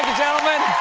gentlemen.